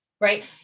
Right